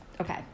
Okay